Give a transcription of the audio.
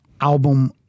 album